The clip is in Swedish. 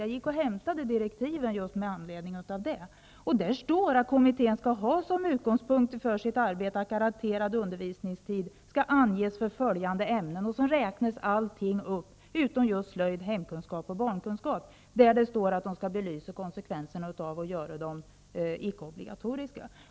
Jag hämtade därför direktiven, och där står att kommittén skall ha som utgångspunkt för sitt arbete att garanterad undervisningstid skall anges för en rad ämnen som räknas upp, utom just slöjd, hemkunskap och barnkunskap, där det står att man skall belysa konsekvenserna av att göra dem icke obligatoriska.